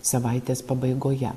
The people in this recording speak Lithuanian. savaitės pabaigoje